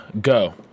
go